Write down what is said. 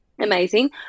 amazing